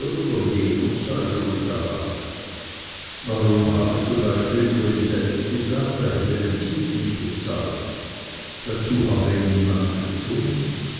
schuld daran warum habe zum beispiel uli selbst gesagt er hätte den zins nicht bezahlt dazu habe ihn niemand gezwungen